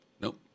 nope